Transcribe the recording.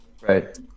right